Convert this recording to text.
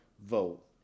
vote